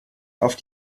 auf